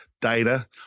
data